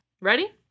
Ready